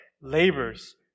labors